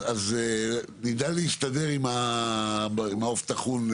אז נדע להסתדר עם העוף הטחון,